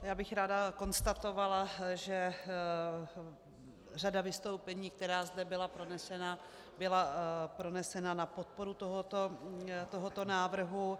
Já bych ráda konstatovala, že řada vystoupení, která zde byla pronesena, byla pronesena na podporu tohoto návrhu.